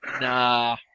nah